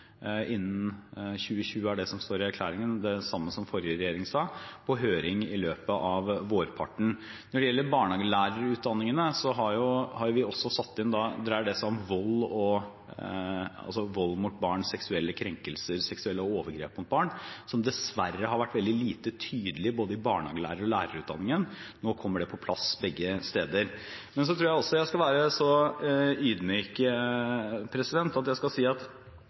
innen 2020 – det er det som står i erklæringen, og det er det samme som forrige regjering sa – på høring i løpet av våren. Når det gjelder barnehagelærerutdanningene, har vi satt inn det som dreier seg om vold, seksuelle krenkelser og overgrep mot barn, noe som dessverre har vært lite tydelig både i barnehagelærer- og lærerutdanningen. Nå kommer det på plass begge steder. Jeg tror også jeg skal være så ydmyk at jeg skal si at selv om fylkesmennene får få rapporter og få spørsmål om dette, betyr ikke det nødvendigvis at